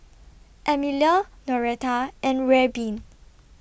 Emelia Noreta and Reubin